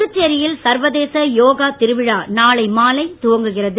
புதுச்சேரியில் சர்வதேச யோகா திருவிழா நாளை மாலை துவங்குகிறது